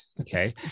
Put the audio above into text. Okay